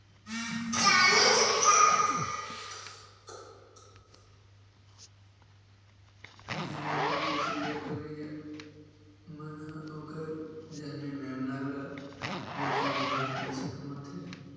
भेड़िया के पोसई करइया मन ह ओखर जनमे मेमना ल बेचके घलो पइसा कमाथे